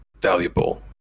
valuable